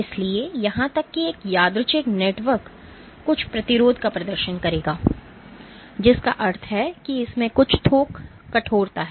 इसलिए यहां तक कि एक यादृच्छिक नेटवर्क कुछ प्रतिरोध का प्रदर्शन करेगा जिसका अर्थ है कि इसमें कुछ थोक कठोरता है